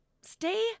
stay